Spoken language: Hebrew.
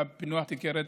בפענוח תיקי רצח.